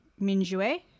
Minjue